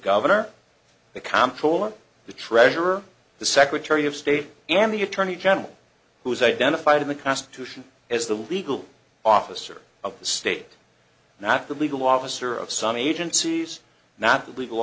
governor the comptroller the treasurer the secretary of state and the attorney general who is identified in the constitution as the legal officer of the state not the legal officer of some agencies not a legal